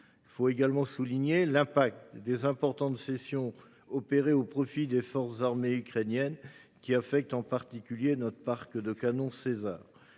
être également soulignés les effets des importantes cessions opérées au profit des forces armées ukrainiennes, qui affectent en particulier notre parc de canons Caesar.